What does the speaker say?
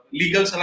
legal